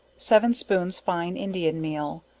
seven spoons fine indian meal,